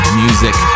music